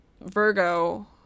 Virgo